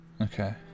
Okay